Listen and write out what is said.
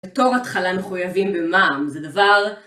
בתור התחלה מחויבים במע"מ, זה דבר